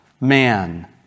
man